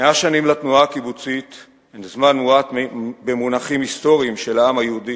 100 שנים לתנועה הקיבוצית הן זמן מועט במונחים היסטוריים של העם היהודי,